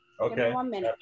okay